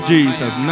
Jesus